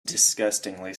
disgustingly